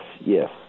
yes